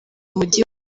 mujyi